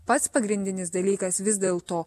pats pagrindinis dalykas vis dėlto